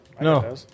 No